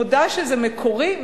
מודה שזה מקורי,